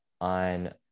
on